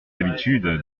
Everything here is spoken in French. l’habitude